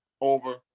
over